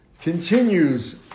Continues